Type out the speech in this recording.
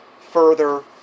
further